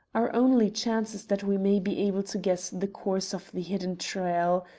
our only chance is that we may be able to guess the course of the hidden trail.